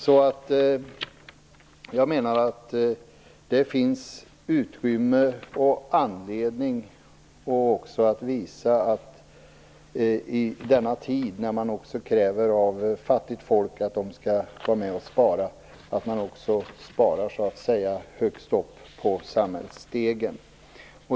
Jag menar alltså att det finns utrymme för och anledning att visa, i denna tid när man kräver av fattigt folk att de skall vara med och spara, att man sparar också högst upp på samhällsstegen.